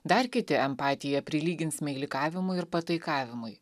dar kiti empatiją prilygins meilikavimui ir pataikavimui